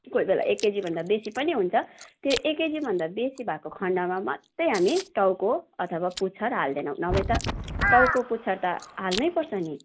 कोही बेला एक केजीभन्दा बेसी पनि हुन्छ त्यो एक केजीभन्दा बेसी भा़एको खण्डमा मात्रै हामी टाउको अथवा पुच्छर हाल्दैनौँ नभए त टाउको पुच्छर त हाल्नैपर्छ नि